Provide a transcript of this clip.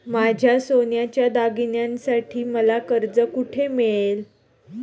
माझ्या सोन्याच्या दागिन्यांसाठी मला कर्ज कुठे मिळेल?